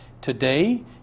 Today